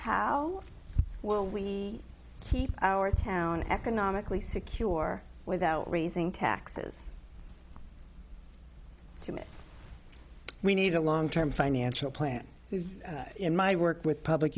how well we keep our town economically secure without raising taxes commit we need a long term financial plan in my work with public